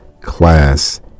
class